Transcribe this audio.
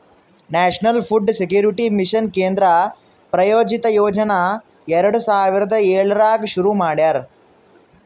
national food security mission ಕೇಂದ್ರ ಪ್ರಾಯೋಜಿತ ಯೋಜನಾ ಎರಡು ಸಾವಿರದ ಏಳರಾಗ್ ಶುರು ಮಾಡ್ಯಾರ